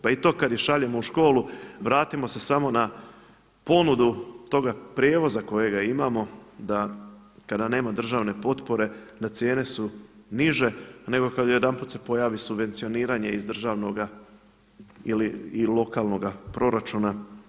Pa i to kada ih šaljem u školu, vratimo se samo na ponudu toga prijevoza kojega imamo da kada nema državne potpore da cijene su niže nego kada odjedanput se pojavi subvencioniranje iz državnoga ili lokalnoga proračuna.